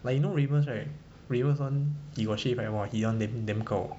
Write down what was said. like you know reymus right reymus [one] he got shave like !wah! he [one] damn damn gao